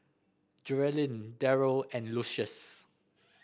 Geralyn Deryl and Lucius